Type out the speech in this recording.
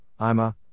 Ima